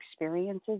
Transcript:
experiences